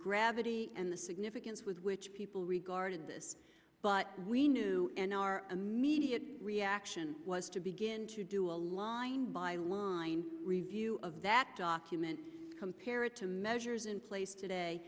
gravity and the significance with which people regarded this but we knew in our immediate reaction was to begin to do a line by line review of that document compare it to measures in place today